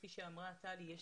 כפי שאמרה טלי פלוסקוב,